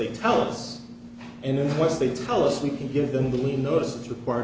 they tell us and then once they tell us we can give them the notice that required